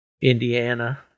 Indiana